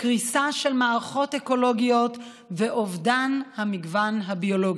קריסה של מערכות אקולוגיות ואובדן המגוון הביולוגי.